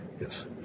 Yes